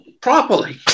properly